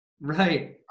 right